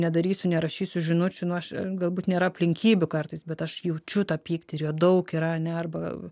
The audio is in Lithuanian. nedarysiu nerašysiu žinučių nu aš galbūt nėra aplinkybių kartais bet aš jaučiu tą pyktį ir jo daug yra ane arba